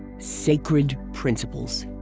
sacred principles!